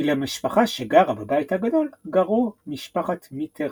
כי למשפחה שגרה בבית הגדול קראו משפחת מיטראן.